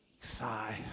sigh